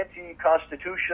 anti-constitutional